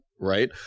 Right